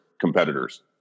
competitors